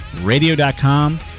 radio.com